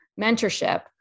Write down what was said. mentorship